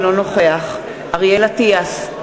אינו נוכח אריאל אטיאס,